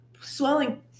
swelling